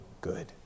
good